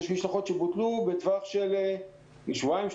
משלחות שבוטלו בטווח של שבועיים-שלושה,